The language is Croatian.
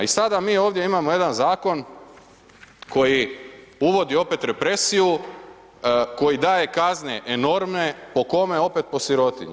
I sada mi ovdje imamo jedan zakon koji uvodi opet represiju, koji daje kazne enormne, po kome opet, po sirotinji.